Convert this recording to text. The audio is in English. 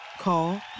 Call